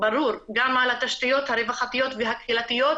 על התשתיות הרווחתיות והקהילתיות,